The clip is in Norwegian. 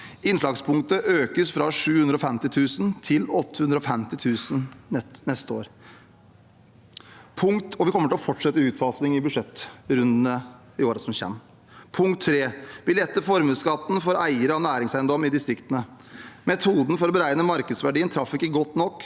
Innslagspunktet økes fra 750 000 kr til 850 000 kr neste år, og vi kommer til å fortsette utfasingen i budsjettrundene i årene som kommer. Punkt tre: Vi letter formuesskatten for eiere av næringseiendom i distriktene. Metoden for å beregne markedsverdien traff ikke godt nok,